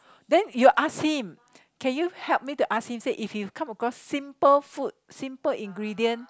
then you ask him can you help me to ask him said if you come across simple food simple ingredient